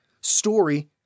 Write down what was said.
story